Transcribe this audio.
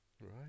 Right